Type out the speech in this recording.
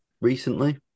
Recently